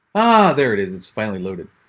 ah, there it is. it's finally loaded.